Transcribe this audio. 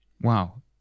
Wow